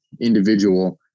individual